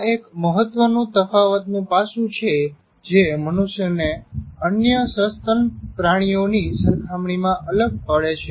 આ એક મહત્વનું તફાવતનું પાસુ છે જે મનુષ્યને અન્ય સસ્તન પ્રાણીઓની સરખામણીમાં અલગ પડે છે